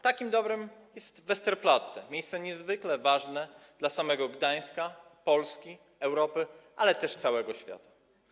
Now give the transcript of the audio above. Takim dobrem jest Westerplatte, miejsce niezwykle ważne dla samego Gdańska, Polski, Europy, ale też całego świata.